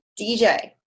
DJ